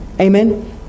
Amen